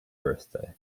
birthday